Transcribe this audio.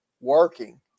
Working